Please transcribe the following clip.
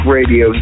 Radio